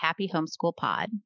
happyhomeschoolpod